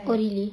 oh really